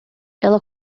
ela